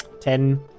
ten